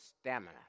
stamina